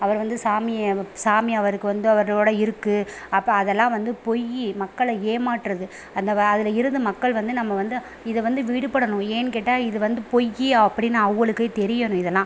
அவர் வந்து சாமியை சாமி அவருக்கு வந்து அவரோடு இருக்கு அப்போது அதெல்லாம் வந்து பொய் மக்களை ஏமாற்றுறது அந்த வ அதில் இருந்து மக்கள் வந்து நம்ம வந்து இது வந்து விடுபடணும் ஏன்னு கேட்டால் இது வந்து பொய் அப்படின்னு அவங்களுக்கே தெரியணும் இதெல்லாம்